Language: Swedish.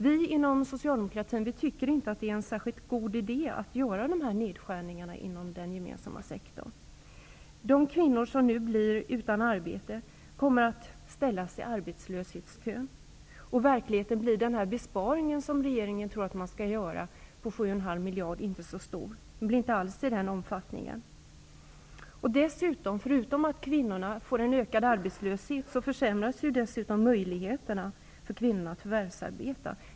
Vi socialdemokrater tycker inte att det är en särskilt bra idé att göra dessa nedskärningar inom den gemensamma sektorn. De kvinnor som nu blir utan arbete kommer att ställas i arbetslöshetskön. I verkligheten blir den besparing på 7,5 miljarder kronor som regeringen tror att den skall göra inte så stor. Besparingen blir inte alls i den omfattningen. Förutom att kvinnorna får en ökad arbetslöshet försämras dessutom möjligheterna att förvärvsarbeta.